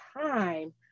time